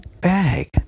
bag